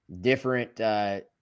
different –